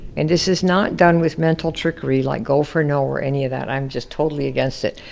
and this is not done with mental trickery like go for no or any of that, i'm just totally against it.